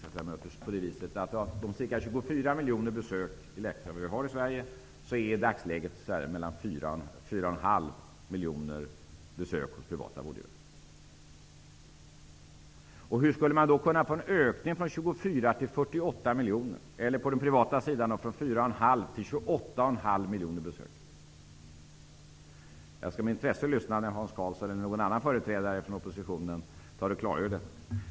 Av de ca 24 miljoner besök som görs hos läkare per år i Sverige sker ca 4,5 miljoner besök hos privata vårdgivare. Hur skulle det kunna bli en ökning från 24 till 48 miljoner besök? Om det bara sker en fördubbling av besöken hos de privata läkarna skulle det totala antalet besök per år bli ca 28,5 miljoner. Jag skall med intresse lyssna när Hans Karlsson eller någon annan företrädare för oppositionen klargör detta.